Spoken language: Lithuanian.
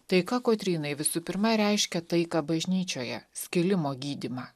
taika kotrynai visų pirma reiškia taiką bažnyčioje skilimo gydymą